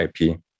IP